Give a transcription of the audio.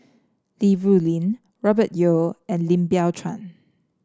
Li Rulin Robert Yeo and Lim Biow Chuan